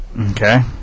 Okay